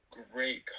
great